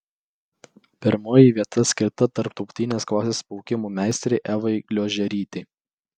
pirmoji vieta skirta tarptautinės klasės plaukimo meistrei evai gliožerytei